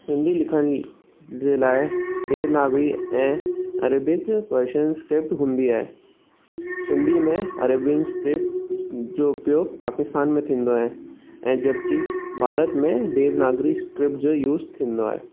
सिंधी लिखण जे लाइ देवनागरी ऐं अरेबिक वर्शन्स स्क्रिप्ट हूंदी आहे सिंधी में अरेबिअन्स स्क्रिप्ट जो उपयोगु पाकिस्तान में थींदो आहे ऐं जब की भारत में देवनागरी स्क्रिप्ट जो यूस थींदो आहे